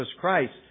Christ